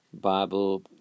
Bible